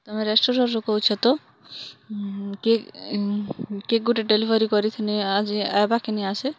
ତୋମେ ରେଷ୍ଟୁରେଣ୍ଟ୍ରୁ କହୁଛ ତ କିଏ ଗୋଟେ ଡେଲିଭରି କରିଥିନି ଆଜି ଏ ବାକି ନି ଆସେ